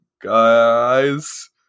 Guys